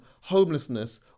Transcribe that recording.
homelessness